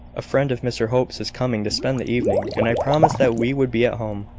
a friend of mr hope's is coming to spend the evening, and i promised that we would be at home.